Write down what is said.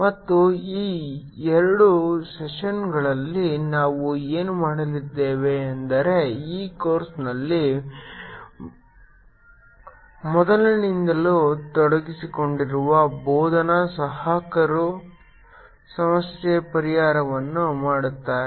ಮತ್ತು ಈ ಎರಡು ಸೆಷನ್ಗಳಲ್ಲಿ ನಾವು ಏನು ಮಾಡಲಿದ್ದೇವೆ ಎಂದರೆ ಈ ಕೋರ್ಸ್ನಲ್ಲಿ ಮೊದಲಿನಿಂದಲೂ ತೊಡಗಿಸಿಕೊಂಡಿರುವ ಬೋಧನಾ ಸಹಾಯಕರು ಸಮಸ್ಯೆ ಪರಿಹಾರವನ್ನು ಮಾಡುತ್ತಾರೆ